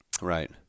Right